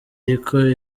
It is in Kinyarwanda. iriko